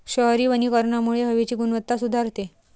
शहरी वनीकरणामुळे हवेची गुणवत्ता सुधारते